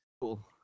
Cool